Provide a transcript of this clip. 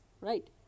right